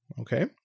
Okay